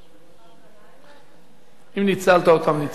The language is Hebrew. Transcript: אם ניצלת אותן, ניצלת.